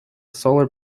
solar